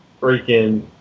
freaking